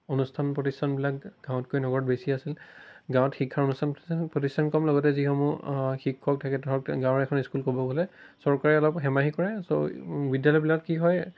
অনুষ্ঠান প্ৰতিষ্ঠানবিলাক গাঁৱতকৈ নগৰত বেছি আছিল গাঁৱত শিক্ষাৰ অনুষ্ঠান প্ৰতিষ্ঠান প্ৰতিষ্ঠান কম লগতে যিসমূহ শিক্ষক থাকে ধৰক গাঁৱৰ এখন স্কুল ক'ব গ'লে চৰকাৰে অলপ হেমাহি কৰে চ' বিদ্যালয়বিলাকত কি হয়